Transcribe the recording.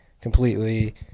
completely